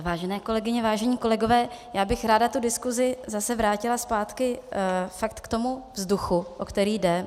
Vážené kolegyně, vážení kolegové, já bych ráda tu diskusi zase vrátila zpátky fakt k tomu vzduchu, o který jde.